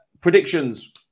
Predictions